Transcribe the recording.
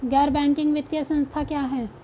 गैर बैंकिंग वित्तीय संस्था क्या है?